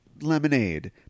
lemonade